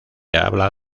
habla